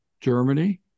germany